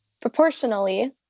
proportionally